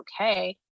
okay